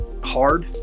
hard